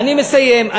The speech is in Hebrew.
אני מסיים.